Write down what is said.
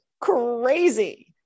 Crazy